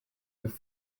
both